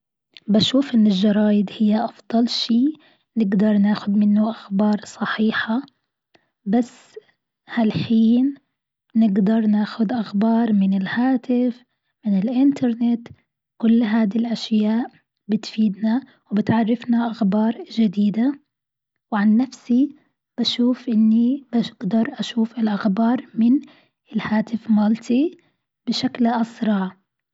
بشوف إن الجرايد هي أفضل شيء نقدر ناخد منه أخبار صحيحة، بس هالحين نقدر ناخد أخبار من الهاتف من الانترنت، كل هذي الأشياء بتفيدنا وبتعرفنا أخبار جديدة، وعن نفسي بشوف إني بقدر أشوف الأخبار من الهاتف مالتي بشكل أسرع.